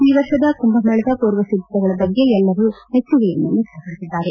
ಈವರ್ಷ ಕುಂಭ ಮೇಳದ ಪೂರ್ವ ಸಿದ್ಧತೆಗಳ ಬಗ್ಗೆ ಎಲ್ಲರೂ ಮೆಚ್ಚುಗೆಯನ್ನು ವ್ಯಕ್ತಪಡಿಸಿದ್ದಾರೆ